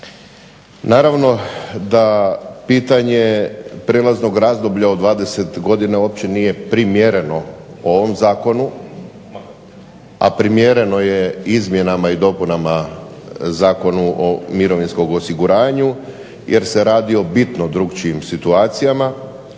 Naravno da pitanje prijelaznog razdoblja od 20 godina uopće nije primjereno ovom zakonu, a primjereno je izmjenama i dopunama Zakona o mirovinskom osiguranju jer se radi o bitno drukčijim situacijama.